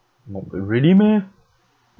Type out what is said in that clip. really meh